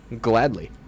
Gladly